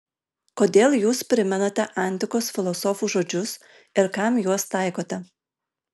kodėl jūs primenate antikos filosofų žodžius ir kam juos taikote